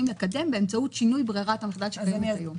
לקדם באמצעות שינוי ברירת המחדל שקיימת היום.